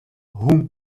rum